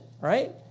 right